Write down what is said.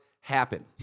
happen